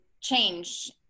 change